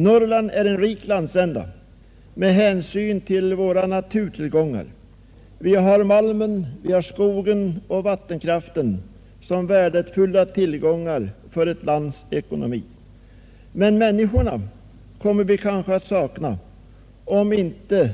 Norrland är en rik landsända med hänsyn till våra naturtillgångar. Vi har malmen, skogen och vattenkraften såsom värdefulla tillgångar för ett lands ekonomi. Men människorna kommer vi kanske att sakna, om inte